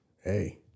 Hey